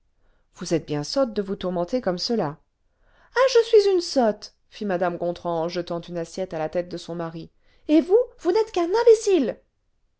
vous êtes bien sotte de vous tourmenter comme cela ah je suis une sotte fit mtm gontran en jetant une assiette à la tête de son mari et vous vous n'êtes qu'un imbécile